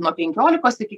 nuo penkiolikos iki